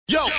Yo